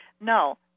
No